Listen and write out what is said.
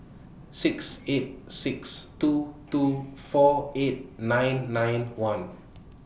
six eight six two two four eight nine nine one